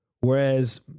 Whereas